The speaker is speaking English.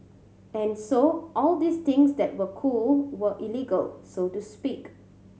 and so all these things that were cool were illegal so to speak